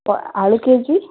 ତ ଆଳୁ କେଜି